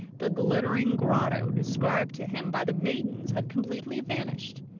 the glittering grotto described to him by the maidens had completely vanished,